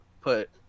put